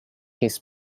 his